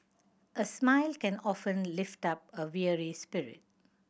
a smile can often lift up a weary spirit